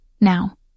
Now